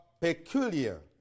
peculiar